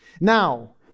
Now